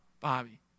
Bobby